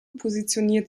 positioniert